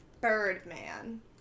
Birdman